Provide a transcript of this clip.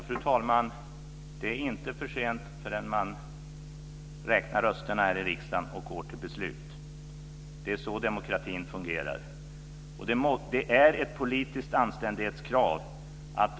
Fru talman! Det är inte för sent förrän man gått till beslut och räknat rösterna här i riksdagen. Det är så demokratin fungerar. Det finns här ett politiskt anständighetskrav.